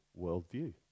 worldview